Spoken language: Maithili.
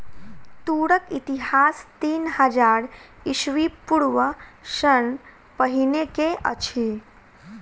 तूरक इतिहास तीन हजार ईस्वी पूर्व सॅ पहिने के अछि